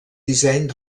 disseny